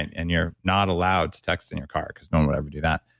and and you're not allowed to text in your car because no one will ever do that.